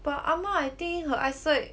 but ah ma I think her eyesight